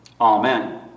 Amen